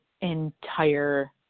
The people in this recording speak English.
entire